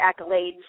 accolades